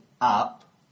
up